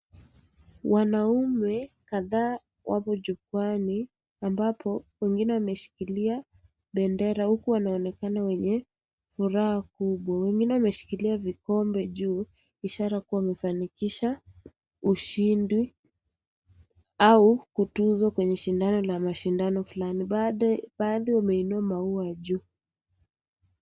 Wanaume kadha wapo jukwani ambapo wengine wameshikilia bendera huku wanaonekana wenye furaha kubwa, wengine wameshikilia vikombe juu ishara kuwa wamefanikisha ushindi au utuzo kwenye shindano la mashindano Fulani. Baadhi wameinua maua juu.